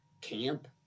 camp